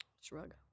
Shrug